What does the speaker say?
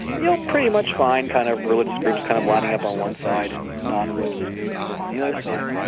you'll pretty much find kind of religious groups kind of lining up on one side and non-religious you know on the other side.